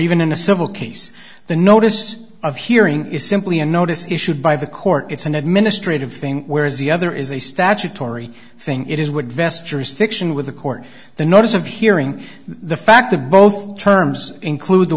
even in a civil case the notice of hearing is simply a notice issued by the court it's an administrative thing whereas the other is a statutory thing it is would vest jurisdiction with the court the notice of hearing the fact that both terms include the